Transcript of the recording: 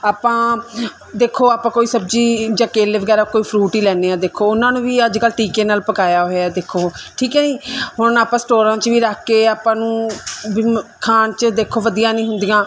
ਆਪਾਂ ਦੇਖੋ ਆਪਾਂ ਕੋਈ ਸਬਜ਼ੀ ਜਾਂ ਕੇਲੇ ਵਗੈਰਾ ਕੋਈ ਫਰੂਟ ਹੀ ਲੈਂਦੇ ਹਾਂ ਦੇਖੋ ਉਨ੍ਹਾਂ ਨੂੰ ਵੀ ਅੱਜ ਕੱਲ ਟੀਕੇ ਨਾਲ ਪਕਾਇਆ ਹੋਇਆ ਦੇਖੋ ਠੀਕ ਹੈ ਜੀ ਹੁਣ ਆਪਾਂ ਸਟੋਰਾਂ 'ਚ ਵੀ ਰੱਖਕੇ ਆਪਾਂ ਨੂੰ ਵੀ ਖਾਣ 'ਚ ਦੇਖੋ ਵਧੀਆ ਨਹੀਂ ਹੁੰਦੀਆਂ